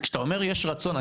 כשאתה אומר יש רצון,